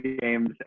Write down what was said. games